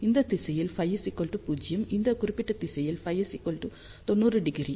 இந்த திசையில் Φ0 இந்த குறிப்பிட்ட திசையில் Φ 90°